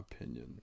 opinion